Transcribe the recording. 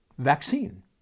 Vaccine